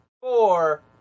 four